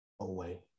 away